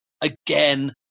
again